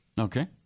Okay